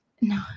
no